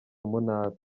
umunabi